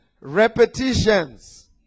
repetitions